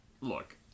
Look